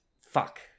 Fuck